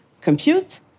compute